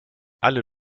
alle